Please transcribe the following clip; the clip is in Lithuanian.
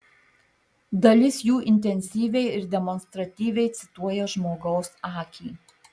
dalis jų intensyviai ir demonstratyviai cituoja žmogaus akį